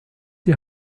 die